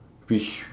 which